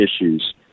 issues